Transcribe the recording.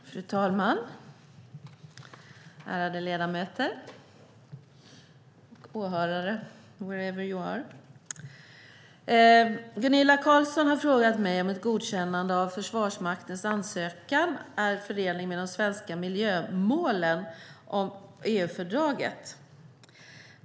Fru talman! Ärade ledamöter och åhörare, wherever you are! Gunilla Carlsson i Hisings Backa har frågat mig om ett godkännande av Försvarsmaktens ansökan är förenligt med de svenska miljömålen och EU-fördrag.